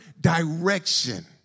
direction